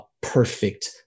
perfect